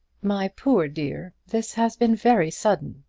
my poor dear, this has been very sudden,